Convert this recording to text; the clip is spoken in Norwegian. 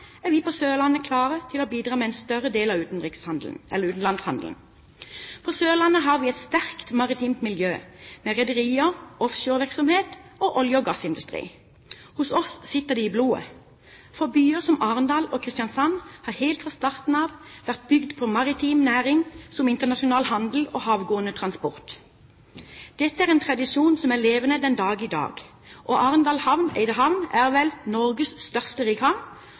er vi på Sørlandet klare til å bidra med en større del av utenlandshandelen. På Sørlandet har vi et sterkt maritimt miljø med rederier, offshorevirksomhet og olje- og gassindustri. Hos oss sitter det i blodet, for byer som Arendal og Kristiansand har helt fra starten av vært bygd på maritim næring som internasjonal handel og havgående transport. Dette er en tradisjon som er levende den dag i dag, og Arendal havn, Eydehavn, er vel Norges største